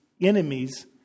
Enemies